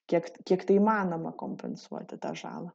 kiek kiek tai įmanoma kompensuoti tą žalą